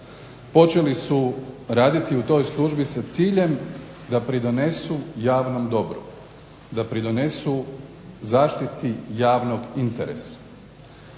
Počeli su raditi u toj službi sa ciljem da pridonesu javnom dobru, da pridonesu zaštiti javnog interesa.